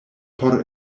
por